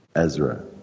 Ezra